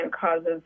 causes